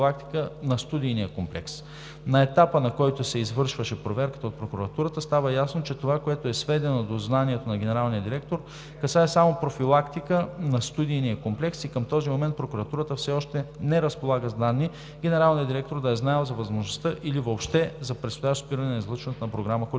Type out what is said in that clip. На етапа, на който се извършваше проверката от прокуратурата, става ясно, че това, което е сведено до знанието на генералния директор, касае само профилактика на студийния комплекс и към този момент прокуратурата все още не разполага с данни генералният директор да е знаел за възможността или въобще за предстоящото спиране на излъчването на програма